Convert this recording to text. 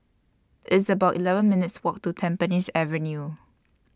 It's about eleven minutes' Walk to Tampines Avenue